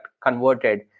converted